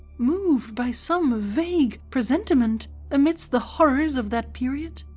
moved by some ah vague presentiment amidst the horrors of that period,